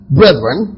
brethren